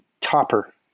topper